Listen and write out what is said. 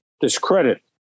discredit